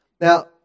Now